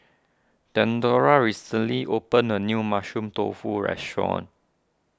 theodora recently opened a new Mushroom Tofu restaurant